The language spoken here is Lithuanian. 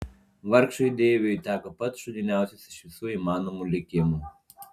vargšui deiviui teko pats šūdiniausias iš visų įmanomų likimų